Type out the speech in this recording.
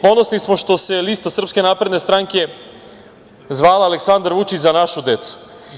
Ponosni smo što se lista Srpske napredne stranke zvala „Aleksandar Vučić – Za našu decu“